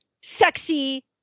sexy